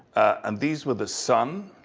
and these were the sun,